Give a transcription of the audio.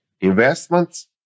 Investments